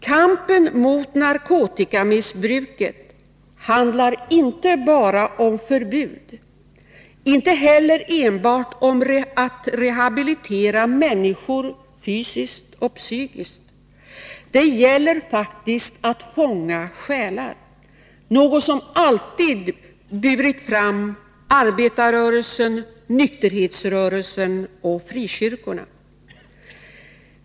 Kampen mot narkotikamissbruket handlar inte bara om förbud, inte heller enbart om att rehabilitera människor fysiskt och psykiskt. Den gäller faktiskt att fånga själar, något som alltid burit fram arbetarrörelsen, nykterhetsrörelsen och frikyrkorna.